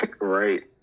Right